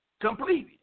completed